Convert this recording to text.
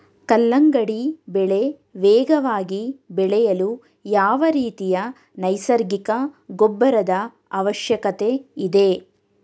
ಕಲ್ಲಂಗಡಿ ಬೆಳೆ ವೇಗವಾಗಿ ಬೆಳೆಯಲು ಯಾವ ರೀತಿಯ ನೈಸರ್ಗಿಕ ಗೊಬ್ಬರದ ಅವಶ್ಯಕತೆ ಇದೆ?